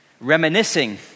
reminiscing